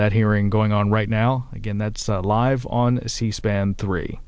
that hearing going on right now again that's live on c span three